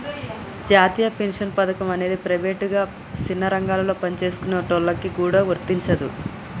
జాతీయ పెన్షన్ పథకం అనేది ప్రైవేటుగా సిన్న రంగాలలో పనిచేసుకునేటోళ్ళకి గూడా వర్తించదు